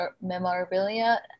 memorabilia